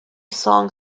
song